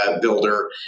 builder